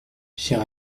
chère